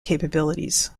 capabilities